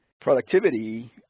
productivity